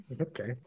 Okay